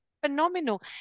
phenomenal